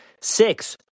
Six